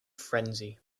frenzy